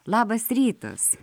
labas rytas